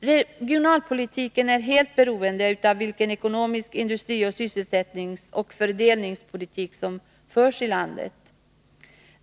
Regionalpolitiken är helt beroende av vilken ekonomisk politik, industri-, sysselsättningsoch fördelningspolitik som förs i landet.